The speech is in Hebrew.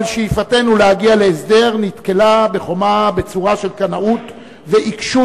אבל שאיפתנו להגיע להסדר נתקלה בחומה בצורה של קנאות ועיקשות,